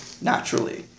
naturally